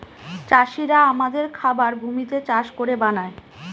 চাষিরা আমাদের খাবার ভূমিতে চাষ করে বানায়